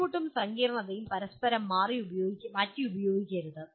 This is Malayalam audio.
ബുദ്ധിമുട്ടും സങ്കീർണ്ണതയും പരസ്പരം മാറ്റി ഉപയോഗിക്കരുത്